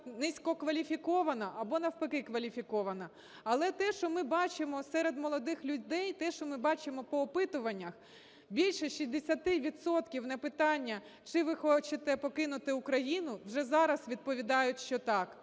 низькокваліфікована або навпаки кваліфікована? Але те, що ми бачимо серед молодих людей, те, що ми бачимо по опитуваннях, більш 60 відсотків на питання "Чи ви хочете покинути Україну?", вже зараз відповідають, що так.